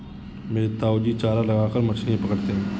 मेरे ताऊजी चारा लगाकर मछलियां पकड़ते हैं